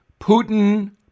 Putin